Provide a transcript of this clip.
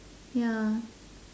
ya